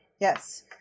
yes